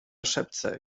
szepce